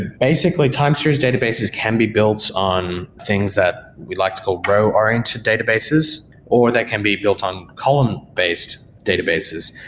and basically, time series databases can be built on things that we like to call row-oriented databases or they can be built on column-based databases.